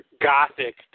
gothic